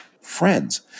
friends